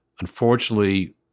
Unfortunately